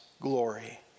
glory